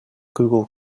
google